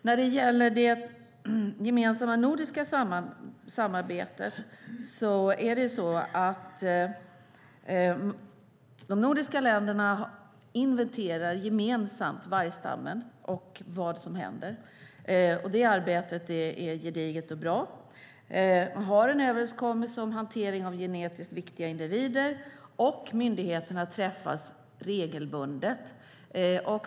När det gäller frågan om det nordiska samarbetet inventerar de nordiska länderna vargstammen gemensamt. Det arbetet är gediget och bra. Vi har en överenskommelse om hanteringen av genetiskt viktiga individer, och myndigheterna träffas regelbundet.